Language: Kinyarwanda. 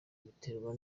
abiterwa